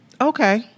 Okay